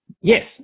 yes